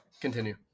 continue